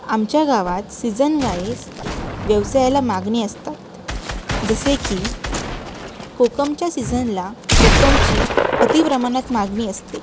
आमच्या गावात season wise व्यवसायाला मागणी असतात जसे की कोकमच्या सीजनला कोकमची अतिप्रमाणात मागणी असते